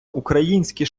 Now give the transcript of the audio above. українські